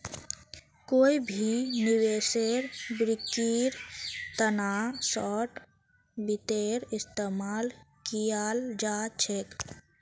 कोई भी निवेशेर बिक्रीर तना शार्ट वित्तेर इस्तेमाल कियाल जा छेक